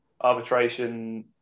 arbitration